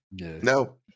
no